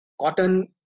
cotton